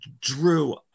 Drew